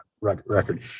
record